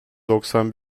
doksan